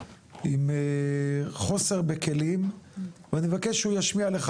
עם חוסר בכלים ואני מבקש שהוא ישמיע לך,